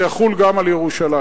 זה יחול גם על ירושלים.